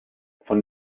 von